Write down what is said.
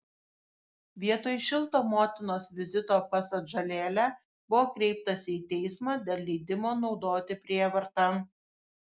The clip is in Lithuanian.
vietoj šilto motinos vizito pas atžalėlę buvo kreiptasi į teismą dėl leidimo naudoti prievartą